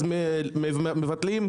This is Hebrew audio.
מבטלים?